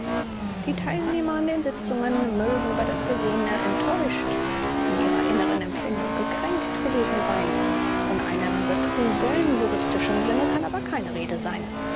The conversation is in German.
die teilnehmer an den sitzungen mögen über das gesehene enttäuscht in ihren inneren empfindungen gekränkt gewesen sein von einem betruge in juristischem sinne kann aber keine rede sein